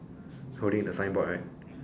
holding the signboard right